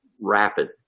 rapid